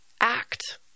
Act